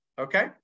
Okay